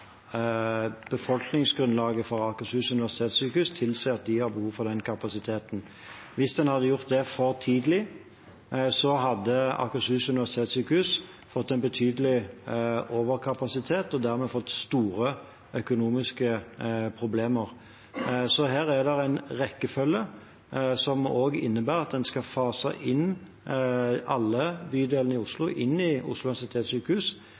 befolkningsgrunnlaget for Akershus universitetssykehus tilsier at det er behov for den kapasiteten. Hvis en hadde gjort det for tidlig, hadde Akershus universitetssykehus fått en betydelig overkapasitet og dermed store økonomiske problemer. Så her er det en rekkefølge, som også innebærer at en skal fase alle bydelene i Oslo inn i Oslo universitetssykehus,